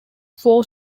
four